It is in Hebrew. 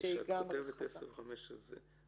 כשאת כותבת בריגול "15 שנות מאסר",